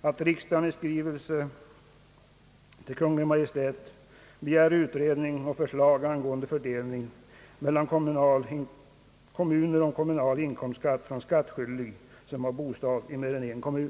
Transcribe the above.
att riksdagen i skrivelse till Kungl. Maj:t begär utredning och förslag angående fördelning mellan kommuner av kommunal inkomstskatt från skattskyldiga som har bostad i mer än en kommun.